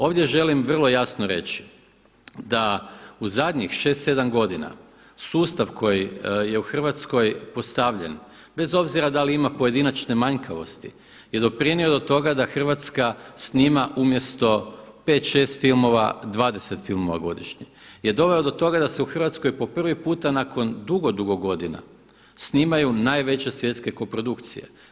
Ovdje želim vrlo jasno reći, da u zadnjih 6, 7 godina sustav koji je u Hrvatskoj postavljen bez obzira da li ima pojedinačne manjkavosti je doprinio do toga da Hrvatska snima umjesto 5, 6 filmova 20 filmova godišnje je dovelo do toga da se u Hrvatskoj po prvi puta nakon dugo, dugo godina snimaju najveće svjetske koprodukcije.